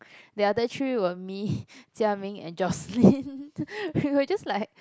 the other three were me Jia-Ming and Jocelyn we were just like